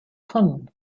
tun